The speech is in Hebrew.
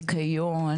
ניקיון,